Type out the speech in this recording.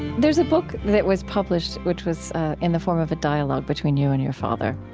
there's a book that was published, which was in the form of a dialogue between you and your father.